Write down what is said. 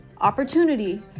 opportunity